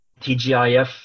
TGIF